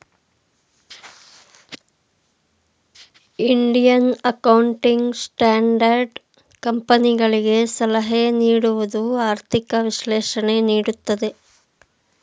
Indian accounting standard ಕಂಪನಿಗಳಿಗೆ ಸಲಹೆ ನೀಡುವುದು, ಆರ್ಥಿಕ ವಿಶ್ಲೇಷಣೆ ನೀಡುತ್ತದೆ